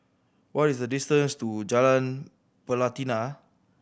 what is the distance to Jalan Pelatina